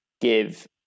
give